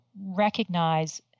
recognize